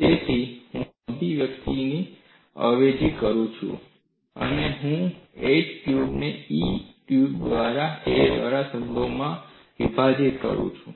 તેથી જ્યારે હું આ અભિવ્યક્તિઓને અવેજી કરું છું જ્યારે હું 8a ક્યુબને EBh ક્યુબ દ્વારા a ના સંદર્ભમાં વિભાજીત કરું છું